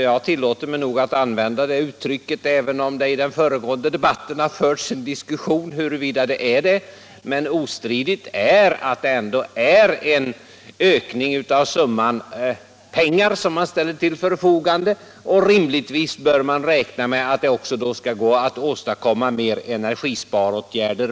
Jag tillåter mig att säga detta, även om det i de föregående debatterna diskuterats huruvida det förhåller sig så. Ostridigt är emellertid att den penningsumma som ställs till förfogande har höjts. Rimligtvis bör man då också kunna räkna med att det skall gå att åstadkomma fler energisparåtgärder.